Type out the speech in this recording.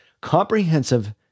comprehensive